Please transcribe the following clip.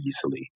easily